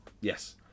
Yes